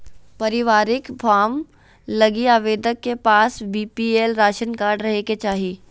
पारिवारिक फार्म लगी आवेदक के पास बीपीएल राशन कार्ड रहे के चाहि